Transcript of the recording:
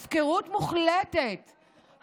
הפקרות מוחלטת,